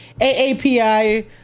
AAPI